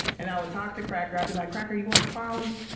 and i would talk to cracker, i be like, cracker, you want a polly?